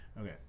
okay